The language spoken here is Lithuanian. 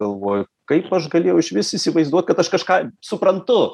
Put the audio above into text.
galvoj kaip aš galėjau išvis įsivaizduot kad aš kažką suprantu